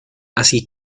así